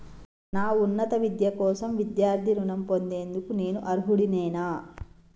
నా ఉన్నత విద్య కోసం విద్యార్థి రుణం పొందేందుకు నేను అర్హుడినేనా?